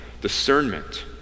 Discernment